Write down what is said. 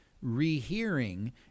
rehearing